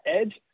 edge